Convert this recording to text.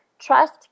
Trust